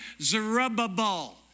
Zerubbabel